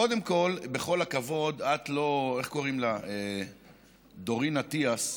קודם כול, בכל הכבוד, את לא דורין אטיאס.